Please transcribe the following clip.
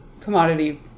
commodity